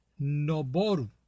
Noboru